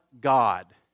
god